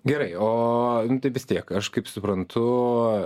gerai o vis tiek aš kaip suprantu